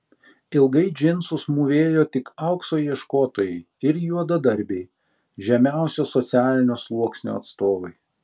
ilgai džinsus mūvėjo tik aukso ieškotojai ir juodadarbiai žemiausio socialinio sluoksnio atstovai